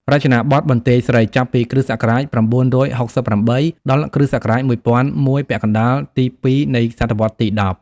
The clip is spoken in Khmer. រចនាបថបន្ទាយស្រីចាប់ពី គ.ស ៩៦៨ ដល់ គ.ស ១០០១ ពាក់កណ្ដាលទី២ នៃសតវត្សរ៍ទី១០។